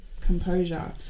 composure